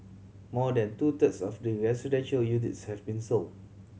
more than two thirds of the residential units have been sold